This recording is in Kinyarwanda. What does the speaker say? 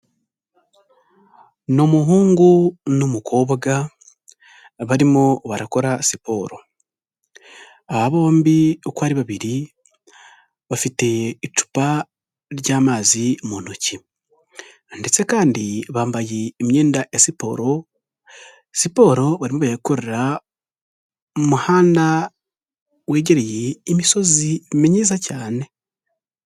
Ni umuhungu n'umukobwa barimo barakora siporo, aba bombi uko ari babiri, bafite icupa ry'amazi mu ntoki. Ndetse kandi bambaye imyenda ya siporo, siporo barimo barayikorera mu umuhanda wegereye imisozi myiza cyane.